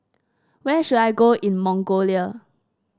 where should I go in Mongolia